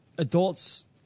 Adults